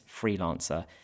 freelancer